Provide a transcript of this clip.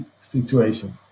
situation